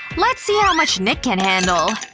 let's see how much nick can handle.